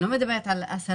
אני לא מדברת על 10%,